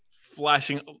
flashing